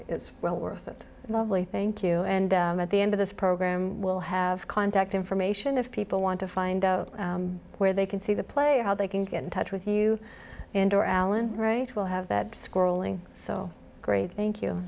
it's well worth it lovely thank you and at the end of this program we'll have contact information if people want to find out where they can see the player how they can get in touch with you and or alan right will have that scrolling so great thank you